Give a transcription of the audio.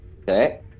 Okay